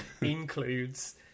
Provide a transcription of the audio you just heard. Includes